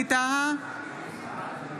טאהא,